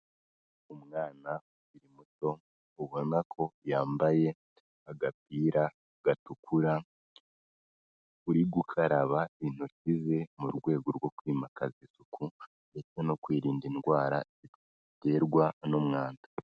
Umwana ukiri muto ubona ko yambaye agapira gatukura uri gukaraba intoki ze mu rwego rwo kwimakaza isuku ndetse no kwirinda indwara ziterwa n'umwanda.